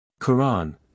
Quran